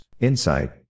insight